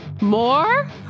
More